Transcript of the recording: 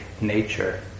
nature